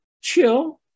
chill